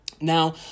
Now